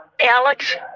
Alex